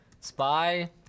Spy